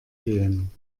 gehen